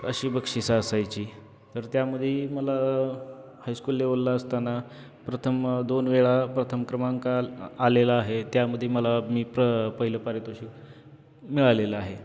अशी बक्षिसं असायची तर त्यामध्ये मला हायस्कूल लेवलला असताना प्रथम दोनवेळा प्रथम क्रमांक आलेला आहे त्यामध्ये मला मी प्र पहिलं पारितोषिक मिळालेला आहे